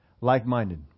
like-minded